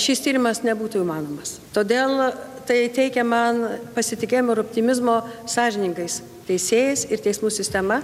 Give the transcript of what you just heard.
šis tyrimas nebūtų įmanomas todėl tai teikia man pasitikėjimo ir optimizmo sąžiningais teisėjais ir teismų sistema